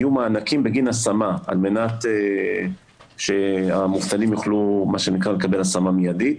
יהיו מענקים בגין השמה על מנת שהמובטלים יוכלו לקבל השמה מיידית,